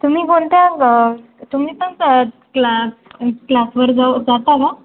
तुम्ही कोणत्या तुम्ही पण क क्लास क्लासवर जाऊ जाता का